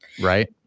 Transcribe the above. Right